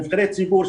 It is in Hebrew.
נבחרי ציבור,